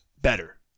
better